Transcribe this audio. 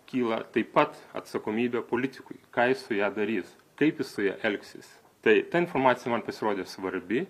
kyla taip pat atsakomybė politikui ką su ja darys taip jis su ja elgsis tai ta informacija man pasirodė svarbi